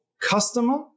customer